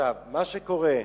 מה שקורה,